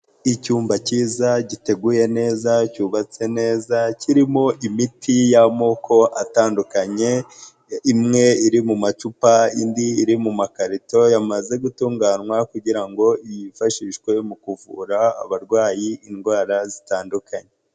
Icyumba cyiza giteguye neza cyubatse neza, kirimo imiti y'amoko atandukanye, imwe iri mu macupa, indi iri mu makarito yamaze gutunganywa kugira ngo yifashishwe mu kuvura abarwayi indwara zitandukanye.